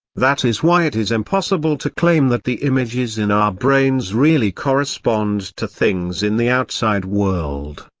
that is why it is impossible to claim that the images in our brains really correspond to things in the outside world.